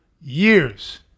years